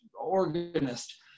organist